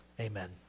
Amen